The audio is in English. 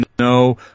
No